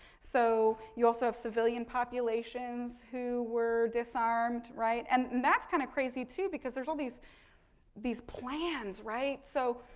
so, you also have civilian populations who were disarmed, right. and, that's kind of crazy too because there's all these these plans, right. so,